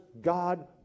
God